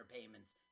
payments